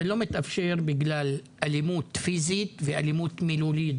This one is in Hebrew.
זה לא מתאפשר בגלל אלימות פיזית ואלימות מילולית,